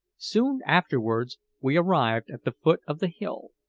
soon afterwards we arrived at the foot of the hill,